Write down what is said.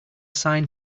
sign